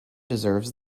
deserves